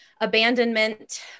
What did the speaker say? abandonment